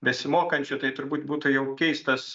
besimokančių tai turbūt būtų jau keistas